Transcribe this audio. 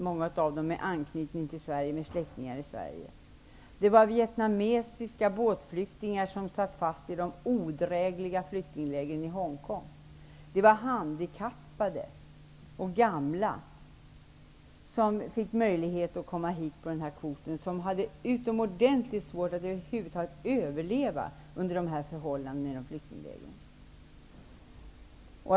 Många hade anknytning till släktingar i Sverige. Det gällde vidare också vietnamesiska båtflyktningar, som satt fast i de odrägliga flyktinglägren i Hongkong. Det var dessutom fråga om handikappade och gamla som fick möjlighet att komma hit på denna kvot. De hade utomordentliga svårigheter att över huvud taget överleva under de förhållanden som rådde i flyktinglägren.